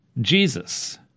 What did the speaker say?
Jesus